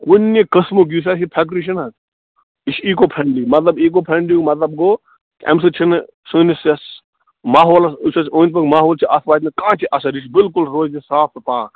کُنہِ قٕسمُک یُس اَسہِ یہِ فیکٹرٛی چھِ نہ یہِ چھِ ایٖکو فرٛٮ۪نٛڈلی مطلب ایٖکو فرٛٮ۪نٛڈلی مطلب گوٚو امہِ سۭتۍ چھِنہٕ سٲنِس یَتھ ماحولَس یُس اَسہِ أنٛدۍ پٔکۍ ماحول چھِ اَتھ واتہِ نہٕ کانٛہہ تہِ اَثر یہِ چھُ بِلکُل روز یہِ صاف تہٕ پاکھ